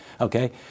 okay